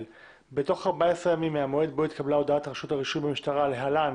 בתוך 14 ימים מהמועד בו התקבלה הודעת רשות הרישוי במשטרה (להלן